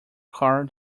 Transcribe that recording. car